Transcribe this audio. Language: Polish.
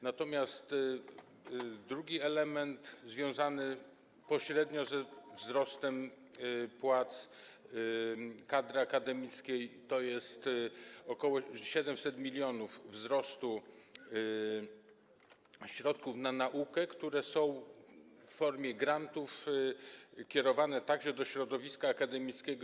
Natomiast drugi element związany pośrednio ze wzrostem płac kadry akademickiej to jest ok. 700 mln wzrostu środków na naukę, które są w formie grantów kierowane także do środowiska akademickiego.